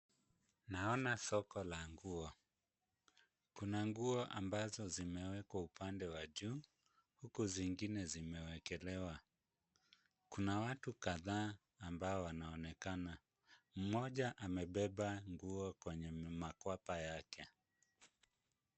Naona soko la nguo. Kuna nguo ambazo zimewekwa upande wa juu huku zingine zimewekelewa. Kuna watu kadhaa ambao wanaonekana, mmoja amebeba nguo kwenye makwapa yake.